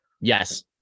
yes